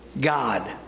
God